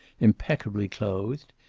impeccably clothed.